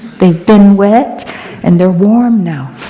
they've been wet and they're warm now.